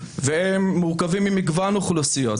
והם מורכבים ממגוון אוכלוסיות,